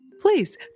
please